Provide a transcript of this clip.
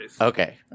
Okay